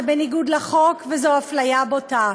זה בניגוד לחוק וזו אפליה בוטה.